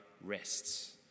rests